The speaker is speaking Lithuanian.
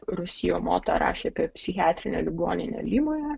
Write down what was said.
rusijo moto rašė apie psichiatrinę ligoninę limoje